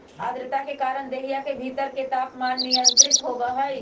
आद्रता के कारण देहिया के भीतर के तापमान नियंत्रित होबा हई